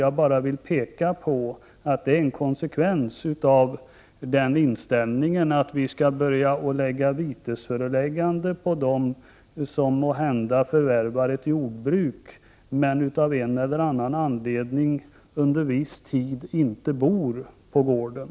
Jag vill bara peka på att det är en konsekvens av inställningen att vi skall presentera ett vitesföreläggande för dem som måhända förvärvar ett jordbruk men av en eller annan anledning under viss tid inte bor på gården.